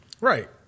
Right